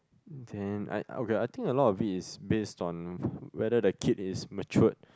then I okay I think a lot of it is based on whether the kid is mature